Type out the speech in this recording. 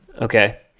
Okay